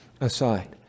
aside